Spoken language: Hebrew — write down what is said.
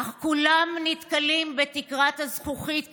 אך כולם נתקלים בתקרת הזכוכית.